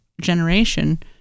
generation